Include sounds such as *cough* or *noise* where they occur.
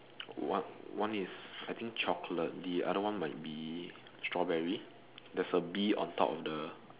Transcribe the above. *noise* one one is I think chocolate the other one might be strawberry there's a bee on top of the